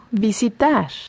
visitar